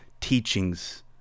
teachings